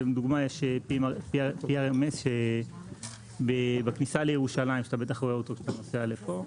לדוגמה יש PRMS שבכניסה לירושלים שאתה בטח רואה אוו כשאתה נוסע לפה.